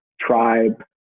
tribe